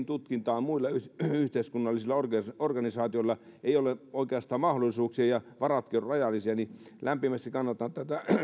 tutkintaan muilla yhteiskunnallisilla organisaatioilla ei ole oikeastaan mahdollisuuksia kun varatkin ovat rajallisia lämpimästi kannatan tätä